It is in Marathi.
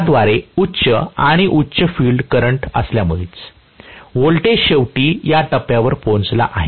त्याद्वारे उच्च आणि उच्च फील्ड करंट असल्यामुळेच व्होल्टेज शेवटी या टप्प्यावर पोहोचला आहे